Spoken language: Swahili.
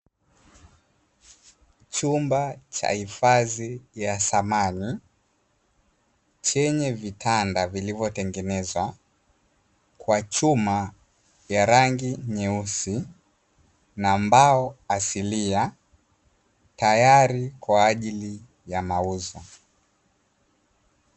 Chumba cha hifadhi ya samani chenye vitanda vilivyotengenezwa kwa chuma ya rangi nyeusi na mbao asilia, tayari kwa ajili ya mauzo.